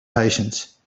patience